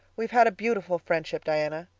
we've had a beautiful friendship, diana.